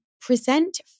present